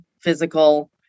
physical